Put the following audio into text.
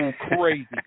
crazy